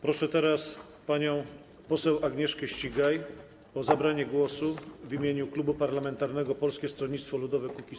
Proszę teraz panią poseł Agnieszkę Ścigaj o zabranie głosu w imieniu Klubu Parlamentarnego Koalicja Polska - Polskie Stronnictwo Ludowe - Kukiz15.